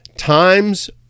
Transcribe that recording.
times